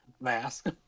Mask